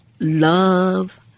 love